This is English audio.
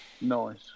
nice